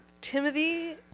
Timothy